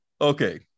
Okay